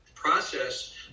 Process